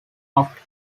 after